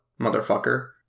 motherfucker